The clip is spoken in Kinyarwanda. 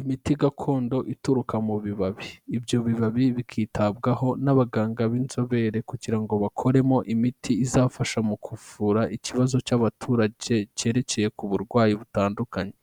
Imiti gakondo ituruka mu bibabi, ibyo bibabi bikitabwaho n'abaganga b'inzobere kugira ngo bakoremo imiti izafasha mu kuvura ikibazo cy'abaturage cyerekeye ku burwayi butandukanye,